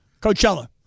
Coachella